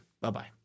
Bye-bye